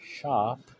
shop